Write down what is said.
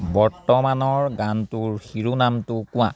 বৰ্তমানৰ গানটোৰ শিৰোনামটো কোৱা